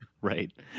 Right